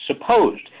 supposed